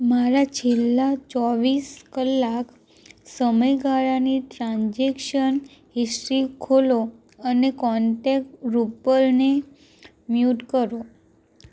મારા છેલ્લા ચોવીસ કલાક સમયગાળાની ટ્રાન્જેક્શન હિસ્ટી ખોલો અને કોન્ટેક રૂપલને મ્યુટ કરો